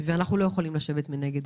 לא יכולים לשבת מנגד,